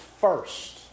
first